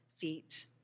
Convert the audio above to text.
feet